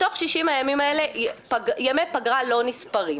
בתוך 60 הימים האלה ימי פגרה לא נספרים.